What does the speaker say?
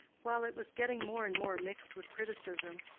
while it was getting more and more mixed with criticism,